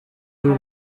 y’u